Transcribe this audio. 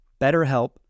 BetterHelp